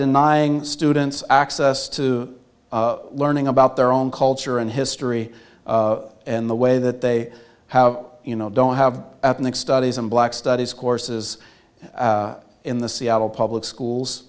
denying students access to learning about their own culture and history in the way that they have you know don't have the next studies in black studies courses in the seattle public schools